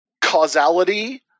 causality